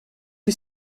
que